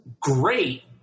great